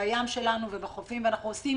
בים שלנו ובחופים, ואנחנו עושים